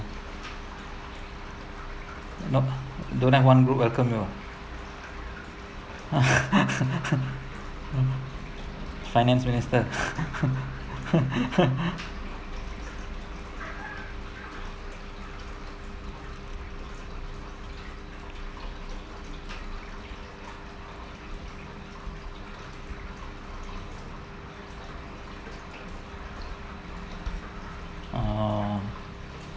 not don't have one room welcome you ah finance related oh